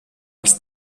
els